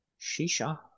Shisha